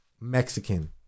mexican